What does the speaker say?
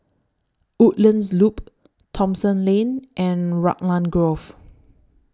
Woodlands Loop Thomson Lane and Raglan Grove